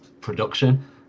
production